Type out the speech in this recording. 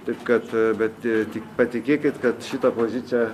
tai kad bet tik patikėkit kad šita pozicija